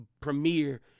Premiere